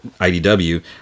IDW